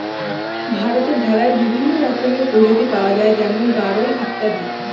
ভারতে ভেড়ার বিভিন্ন রকমের প্রজাতি পাওয়া যায় যেমন গাড়োল ইত্যাদি